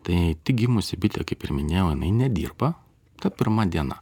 tai tik gimusi bitė kaip ir minėjau jinai nedirba ta pirma diena